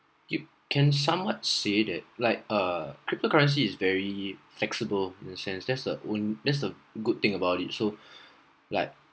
you can somewhat say that like err cryptocurrency is very flexible in a sense that's a own that's a good thing about it so like